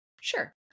Sure